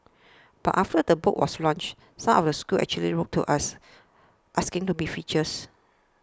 but after the book was launched some of the schools actually wrote to us asking to be featured